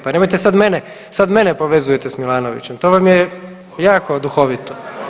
Pa nemojte sad mene, sad mene povezujete s Milanovićem, to vam je jako duhovito.